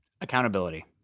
Accountability